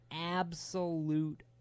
absolute